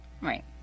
Right